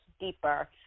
deeper